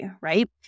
Right